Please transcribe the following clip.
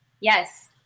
Yes